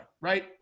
Right